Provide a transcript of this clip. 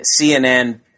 CNN